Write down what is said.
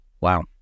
Wow